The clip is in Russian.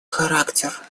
характер